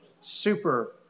super